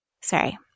Sorry